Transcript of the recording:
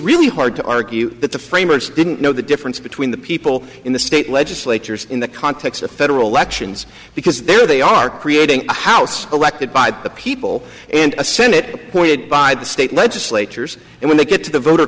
really hard to argue that the framers didn't know the difference between the people in the state legislatures in the context of federal elections because there they are creating house elected by the people and a senate pointed by the state legislatures and when they get to the voter